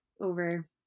over